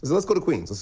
let's go to queens,